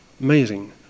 Amazing